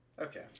Okay